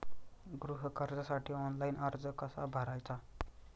गृह कर्जासाठी ऑनलाइन अर्ज कसा भरायचा?